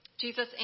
Jesus